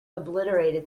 obliterated